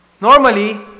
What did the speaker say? Normally